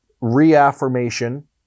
reaffirmation